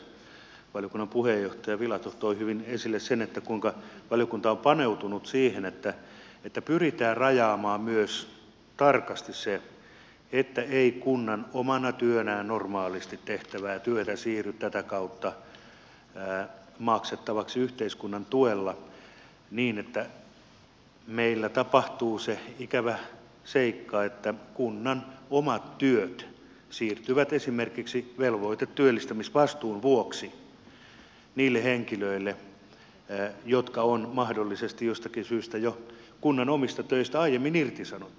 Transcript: mietinnön esittelyssä valiokunnan puheenjohtaja filatov toi hyvin esille sen kuinka valiokunta on paneutunut siihen että pyritään rajaamaan myös tarkasti se että ei kunnan omana työnään normaalisti tehtävää työtä siirry tätä kautta maksettavaksi yhteiskunnan tuella niin että meillä tapahtuu se ikävä seikka että kunnan omat työt siirtyvät esimerkiksi velvoitetyöllistämisvastuun vuoksi niille henkilöille jotka on mahdollisesti jostakin syystä jo kunnan omista töistä aiemmin irtisanottu